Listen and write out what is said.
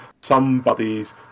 somebody's